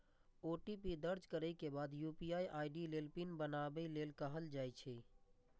OTP दर्ज करै के बाद यू.पी.आई आई.डी लेल पिन बनाबै लेल कहल जाइ छै